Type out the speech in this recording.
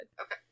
okay